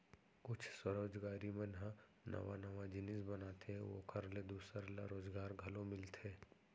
कुछ स्वरोजगारी मन ह नवा नवा जिनिस बनाथे अउ ओखर ले दूसर ल रोजगार घलो मिलथे